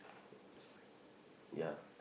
ya